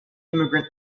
immigrant